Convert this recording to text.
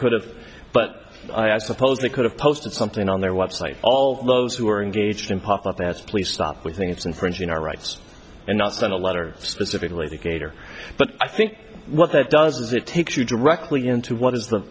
could have but i suppose they could have posted something on their website all those who are engaged in pop up ads please stop we think it's infringing our rights and not send a letter specifically to cater but i think what that does is it takes you directly into what is the